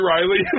Riley